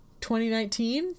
2019